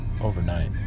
Overnight